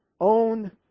own